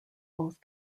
both